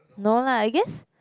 no lah I guess